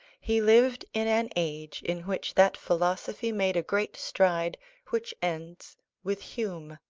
he lived in an age in which that philosophy made a great stride which ends with hume